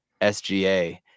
SGA